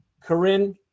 Corinne